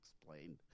explained